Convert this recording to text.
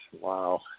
Wow